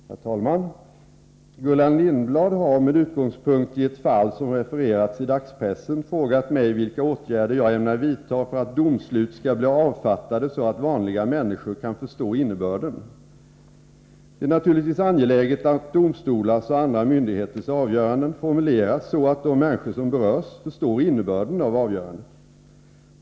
Herr talman! Gullan Lindblad har, med utgångspunkt i ett fall som refererats i dagspressen, frågat mig vilka åtgärder jag ämnar vidta för att domslut skall bli avfattade så att vanliga människor kan förstå innebörden. Det är naturligtvis angeläget att domstolars och andra myndigheters avgöranden formuleras så att de människor som berörs förstår innebörden av avgörandet.